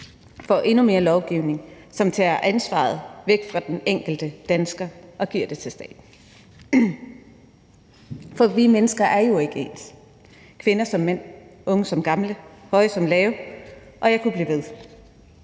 mod endnu mere lovgivning, som tager ansvaret væk fra den enkelte dansker og giver det til staten. For vi mennesker er jo ikke ens. Kvinder som mænd, unge som gamle, høje som lave, og jeg kunne blive ved.